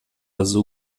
azul